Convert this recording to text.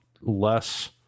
less